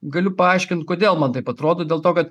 galiu paaiškint kodėl man taip atrodo dėl to kad